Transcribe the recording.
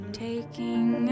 taking